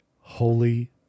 holy